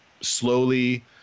slowly